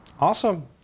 Awesome